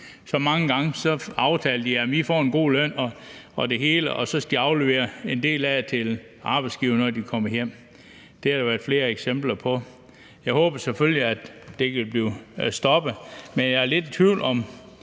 de mange gange, at arbejderne får en god løn og det hele, men så skal de aflevere en del af pengene til arbejdsgiveren, når de kommer hjem. Det har der været flere eksempler på. Jeg håber selvfølgelig, at det vil blive stoppet, men jeg er lidt i tvivl om,